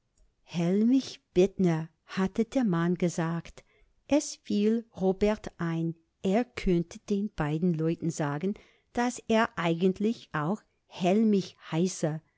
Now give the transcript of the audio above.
hellmich bittner hatte der mann gesagt es fiel robert ein er könnte den beiden leuten sagen daß er eigentlich auch hellmich heiße